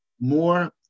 more